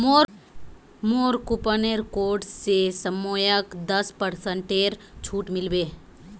मोर coupon code स सौम्यक दस पेरसेंटेर छूट मिल बे